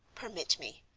permit me.